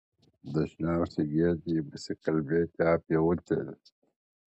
dažniausiai gėdijamasi kalbėti apie utėles